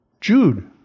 Jude